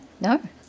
No